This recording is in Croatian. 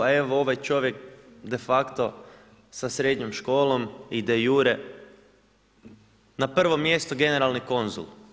A evo, ovaj čovjek de facto, sa srednjom školom, ide Jure na prvom mjesto generalni konzul.